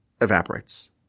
evaporates